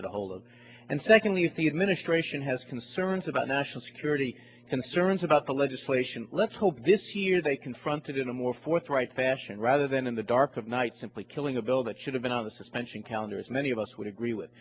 get ahold of and secondly if the administration has concerns about national security concerns about the legislation let's hope this year they confronted in a more forthright fashion rather than in the dark of night simply killing a bill that should have been out of suspension calendar as many of us would agree with